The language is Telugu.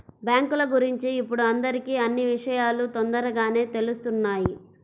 బ్యేంకుల గురించి ఇప్పుడు అందరికీ అన్నీ విషయాలూ తొందరగానే తెలుత్తున్నాయి